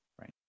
right